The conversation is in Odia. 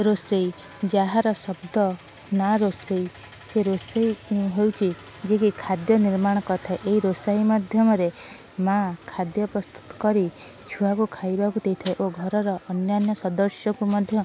ରୋଷେଇ ଯାହାର ଶବ୍ଦ ନା ରୋଷେଇ ସେ ରୋଷେଇ ହେଉଛି ଯିଏକି ଖାଦ୍ୟ ନିର୍ମାଣ କରିଥାଏ ଏହି ରୋଷେଇ ମାଧ୍ୟମରେ ମା ଖାଦ୍ୟ ପ୍ରସ୍ତୁତ କରି ଛୁଆକୁ ଖାଇବାକୁ ଦେଇଥାଏ ଓ ଘରର ଅନ୍ୟାନ୍ୟ ସଦସ୍ୟକୁ ମଧ୍ୟ